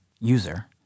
user